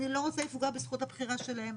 אני לא רוצה לפגוע בזכות הבחירה שלהם.